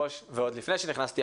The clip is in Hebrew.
ועוד לפני שנכנסתי אמרו לי,